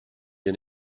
you